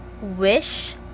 wish